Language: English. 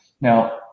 Now